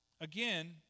Again